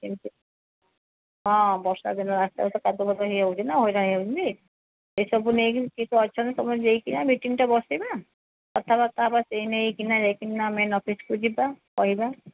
ଏମିତି ହଁ ବର୍ଷା ଦିନ ରାସ୍ତା ଫାସ୍ତା କାଦୁଅ ହୋଇଯାଉଛି ନା ହଇରାଣ ହୋଇଯାଉଛନ୍ତି ଏସବୁ ନେଇକିନା କେତେ ଜଣ ଅଛନ୍ତି ନେଇକିନା ମିଟିଙ୍ଗ୍ଟା ବସେଇବା କଥାବାର୍ତ୍ତା ହେବା ସେ ନେଇକିନା ମିଟିଙ୍ଗ୍ ଆମେ ସେଠିକୁ ଯିବା କହିବା